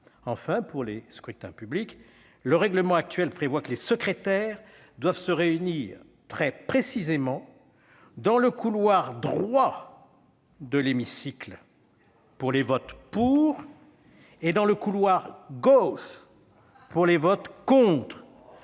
Enfin, pour les scrutins publics, le règlement actuel prévoit que les secrétaires doivent se réunir- très précisément -dans le couloir droit de l'hémicycle pour les votes « pour » et dans le couloir gauche pour les votes « contre